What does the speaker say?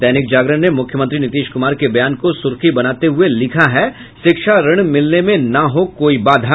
दैनिक जागरण ने मुख्यमंत्री नीतीश कुमार के बयान को सुर्खी बनाते हुये लिखा है शिक्षा ऋण मिलने में न हो कोई बाधा